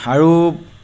আৰু